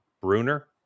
Bruner